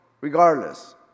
regardless